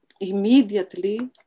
immediately